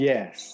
Yes